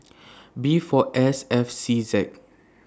B four S F C Z